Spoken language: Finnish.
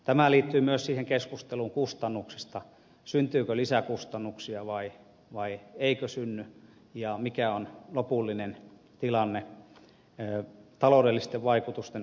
tämä liittyy myös siihen keskusteluun kustannuksista syntyykö lisäkustannuksia vai eikö synny ja mikä on lopullinen tilanne taloudellisten vaikutusten osalta